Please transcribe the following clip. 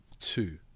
two